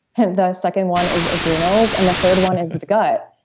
and the second one is adrenals. and the third one is the the gut.